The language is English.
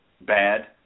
bad